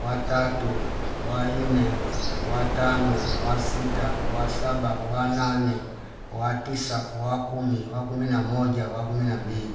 watatu, waine, watano, wasita, wasaba, wanane, watisa, wakumi, wakumi na moja, wakumi na mbili